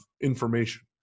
information